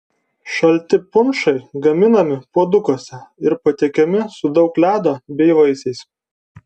šalti punšai gaminami puodukuose ir patiekiami su daug ledo bei vaisiais